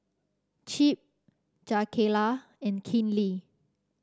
Chip Jakayla and Kinley